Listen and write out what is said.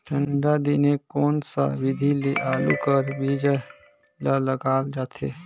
ठंडा दिने कोन सा विधि ले आलू कर बीजा ल लगाल जाथे?